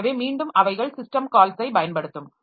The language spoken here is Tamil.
எனவே மீண்டும் அவைகள் சிஸ்டம் கால்ஸை பயன்படுத்தும்